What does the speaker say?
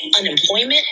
unemployment